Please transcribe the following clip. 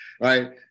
right